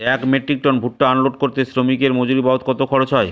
এক metric ton ভুট্টা unload করতে শ্রমিকের মজুরি বাবদ কত খরচ হয়?